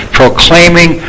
proclaiming